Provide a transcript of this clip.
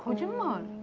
ah jongwon.